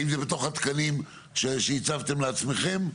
האם זה בתוך התקנים שהצבתם לעצמכם?